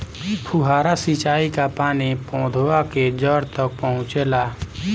फुहारा सिंचाई का पानी पौधवा के जड़े तक पहुचे ला?